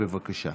בבקשה.